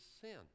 sin